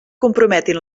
comprometin